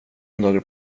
några